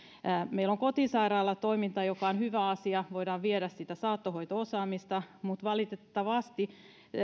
meillä on kotisairaalatoimintaa mikä on hyvä asia voidaan viedä sitä saattohoito osaamista mutta valitettavasti